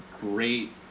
great